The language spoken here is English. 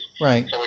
Right